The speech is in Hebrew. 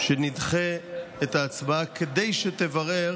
שנדחה את ההצבעה כדי שתברר